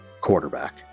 quarterback